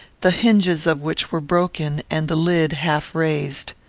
the hinges of which were broken and the lid half raised.